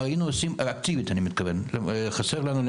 חסר לנו,